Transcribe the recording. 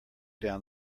down